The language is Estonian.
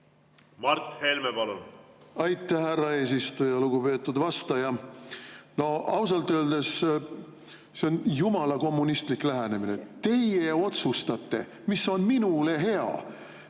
Mart Helme, palun! Aitäh, härra eesistuja! Lugupeetud vastaja! No ausalt öeldes, see on jumala kommunistlik lähenemine. Teie otsustate, mis on minule hea,